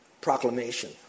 proclamation